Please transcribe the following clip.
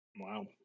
Wow